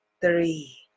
three